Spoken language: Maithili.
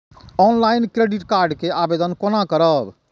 ऑनलाईन क्रेडिट कार्ड के आवेदन कोना करब?